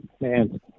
Man